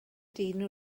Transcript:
dyn